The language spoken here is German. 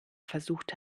versucht